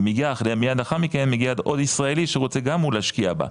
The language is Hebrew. ומגיע מיד לאחר מכן מגיע עוד ישראלי שרוצה גם הוא להשקיע בה,